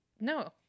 no